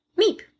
meep